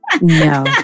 no